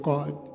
God